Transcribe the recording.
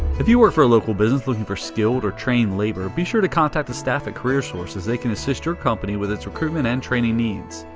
if you work for a local business looking for skilled or trained labor be sure to contact the staff at career source as they can assist your company with its recruitment and training needs.